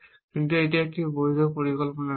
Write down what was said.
কিন্তু এটি একটি বৈধ পরিকল্পনা নয়